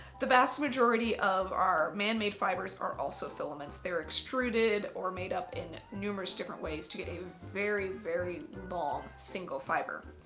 the vast majority of our man-made fibres are also filaments, they're extruded or made up in numerous different ways to get a very very long single fibre.